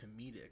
comedic